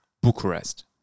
Bucharest